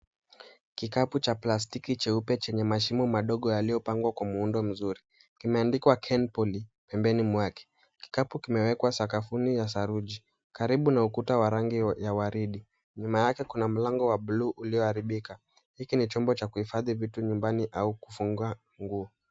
Kikapu cha plastiki cheupe chenye mashimo madogo yaliyopangwa kwa muundo mzuri kimeandikwa Kenpoly pembeni mwake . Kikapu kimewekwa sakafuni ya saruji karibu na ukuta wa rangi ya waridi. Nyuma yake kuna mlango wa buluu uliyoharibika, hiki ni chumba cha kuhifadhi vitu nyumbani au kufunga nguo.